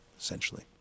essentially